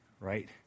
Right